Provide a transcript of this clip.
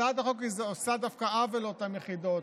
הצעת החוק הזאת עושה דווקא עוול לאותן יחידות,